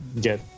get